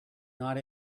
not